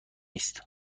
است